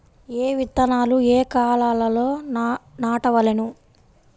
ఏ విత్తనాలు ఏ కాలాలలో నాటవలెను?